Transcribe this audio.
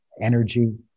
energy